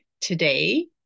today